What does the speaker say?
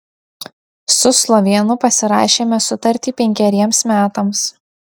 su slovėnu pasirašėme sutartį penkeriems metams